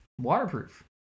waterproof